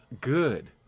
good